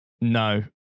no